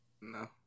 No